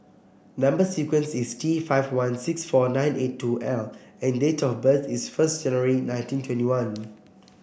number sequence is T five one six four nine eight two L and date of birth is first January nineteen twenty one